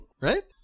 Right